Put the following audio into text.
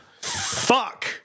fuck